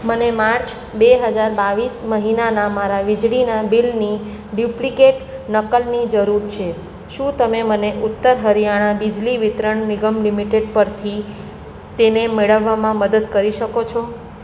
મને માર્ચ બે હજાર બાવીસ મહિનાના મારા વીજળીના બિલની ડુપ્લિકેટ નકલની જરૂર છે શું તમે મને ઉત્તર હરિયાણા બિજલી વિતરણ નિગમ લિમિટેડ પરથી તેને મેળવવામાં મદદ કરી શકો છો